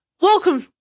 Welcome